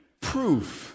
Proof